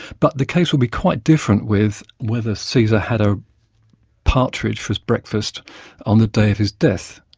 but the case would be quite different with whether caesar had a partridge for his breakfast on the day of his death.